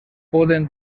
poden